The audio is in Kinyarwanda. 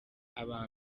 aba